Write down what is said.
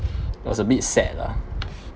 it was a bit sad lah